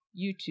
YouTube